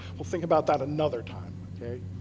we'll think about that another time. ok.